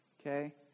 Okay